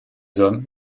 hommes